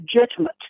legitimate